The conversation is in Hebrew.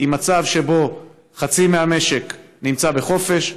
במצב שבו חצי מהמשק נמצא בחופש,